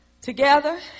together